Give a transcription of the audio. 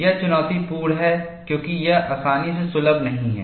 यह चुनौतीपूर्ण है क्योंकि यह आसानी से सुलभ नहीं है